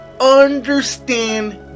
understand